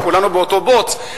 כולנו באותו בוץ,